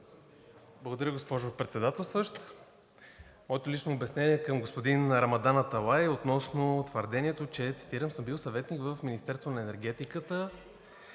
Благодаря, госпожо Председателстващ. Моето лично обяснение към господин Рамадан Аталай е относно твърдението – цитирам, че съм бил съветник в Министерството на енергетиката